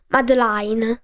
Madeline